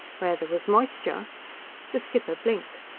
where there was moisture the skipper blinked.